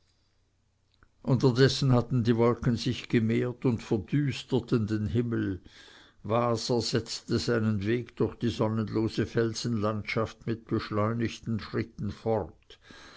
unterdessen hatten die wolken sich gemehrt und verdüsterten den himmel waser setzte seinen weg durch die sonnenlose felsenlandschaft mit beschleunigten schritten fort